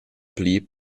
pli